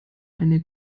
eine